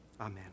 Amen